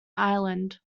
ireland